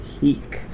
peak